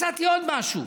מצאתי עוד משהו: